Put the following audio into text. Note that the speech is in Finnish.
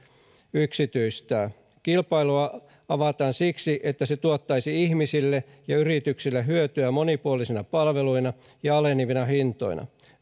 yksityistää kilpailua avataan siksi että se tuottaisi ihmisille ja yrityksille hyötyä monipuolisina palveluina ja alenevina hintoina